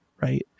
Right